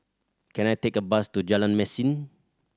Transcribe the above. can I take a bus to Jalan Mesin